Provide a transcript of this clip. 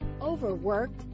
Overworked